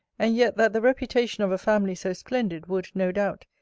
and yet that the reputation of a family so splendid, would, no doubt,